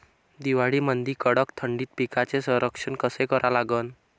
हिवाळ्यामंदी कडक थंडीत पिकाचे संरक्षण कसे करा लागन?